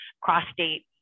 cross-state